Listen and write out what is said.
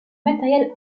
matériel